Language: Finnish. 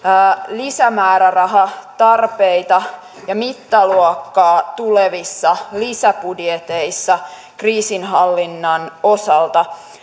lisämäärärahatarpeita ja mittaluokkaa tulevissa lisäbudjeteissa kriisinhallinnan osalta